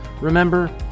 Remember